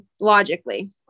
logically